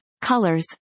colors